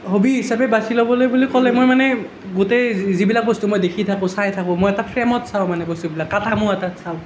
hobby হিচাপে বাচি ল'বলৈ বুলি ক'লে মই মানে গোটেই যিবিলাক বস্তু মই দেখি থাকোঁ মই চায় থাকোঁ মই এটা ফ্ৰেমত চাওঁ মানে বস্তুবিলাক মই কাঠামো এটাত চাওঁ